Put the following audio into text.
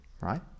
right